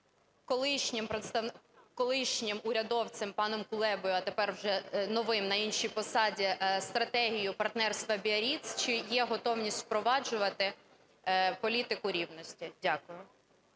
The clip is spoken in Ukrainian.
колишнім урядовцем паном Кулебою, а тепер вже новим на іншій посаді, стратегію "Партнерства Біарріц"? Чи є готовність впроваджувати політику рівності? Дякую.